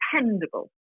dependable